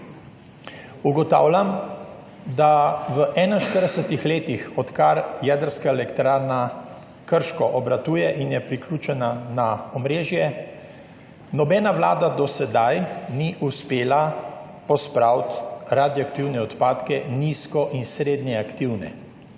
Ugotavljam, da v 41 letih, odkar jedrska elektrarna Krško obratuje in je priključena na omrežje, nobena vlada do sedaj ni uspela pospraviti radioaktivne odpadke, nizko- in srednjeaktivne,